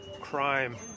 crime